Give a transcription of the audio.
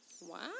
Wow